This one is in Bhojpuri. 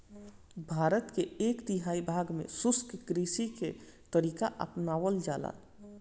भारत के एक तिहाई भाग में शुष्क कृषि के तरीका अपनावल जाला